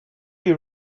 you